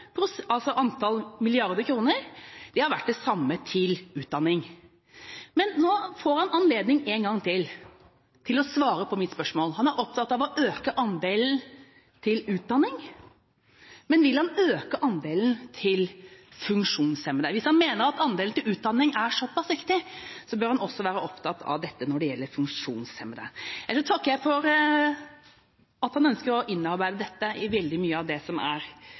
samme. Men nå får han anledning en gang til til å svare på mitt spørsmål: Han er opptatt av å øke andelen til utdanning, men vil han øke andelen til funksjonshemmede? Hvis han mener at andelen til utdanning er såpass viktig, bør han også være opptatt av dette når det gjelder funksjonshemmede. Ellers takker jeg for at han ønsker å innarbeide dette i veldig mye av de dokumenter som blir framlagt for Stortinget, både når det gjelder menneskerettigheter, og en stortingsmelding om utdanning. Men vil utenriksministeren øke bistanden til funksjonshemmede som